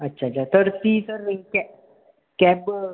अच्छा अच्छा तर ती तर कॅब